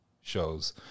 shows